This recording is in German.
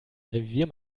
revier